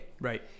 Right